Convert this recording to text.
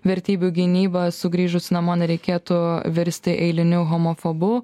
vertybių gynybą sugrįžus namo nereikėtų virsti eiliniu homofobu